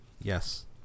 Yes